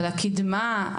על הקדמה?